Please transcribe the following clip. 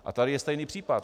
A tady je stejný případ.